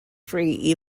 free